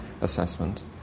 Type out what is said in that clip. assessment